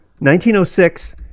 1906